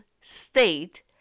state